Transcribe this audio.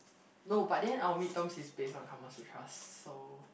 no but then our mid term is based on how much we harsh so